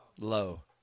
Low